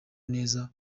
neza